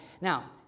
Now